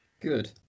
Good